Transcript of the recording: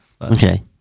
Okay